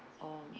oh